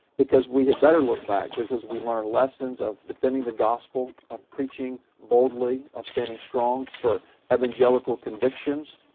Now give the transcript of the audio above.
because we had better look back because we learn lessons of defending the gospel, of preaching boldly, of standing strong for evangelical convictions,